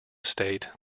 state